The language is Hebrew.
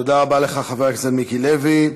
תודה רבה לך, חבר הכנסת מיקי לוי.